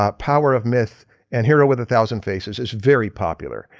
um power of myth and hero with a thousand faces is very popular.